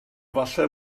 falle